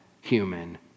human